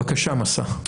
בבקשה, 'מסע'.